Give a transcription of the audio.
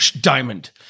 diamond